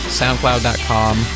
soundcloud.com